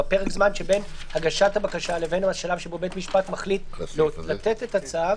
בפרק הזמן שבין הגשת הבקשה לבין השלב שבו בית המשפט מחליט לתת את הצו.